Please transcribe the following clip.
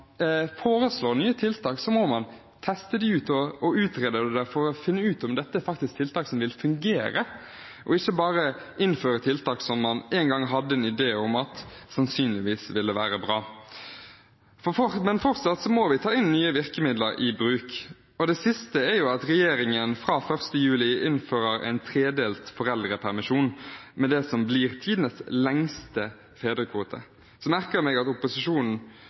foreslår nye tiltak, at man tester dem ut og utreder dem for å finne ut om det faktisk er tiltak som vil fungere, og ikke bare innfører tiltak som man en gang hadde en idé om at sannsynligvis ville være bra. Men fortsatt må vi ta nye virkemidler i bruk. Det siste er at regjeringen fra 1. juli innfører en tredelt foreldrepermisjon med det som blir tidenes lengste fedrekvote. Jeg merker meg at opposisjonen